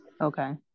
Okay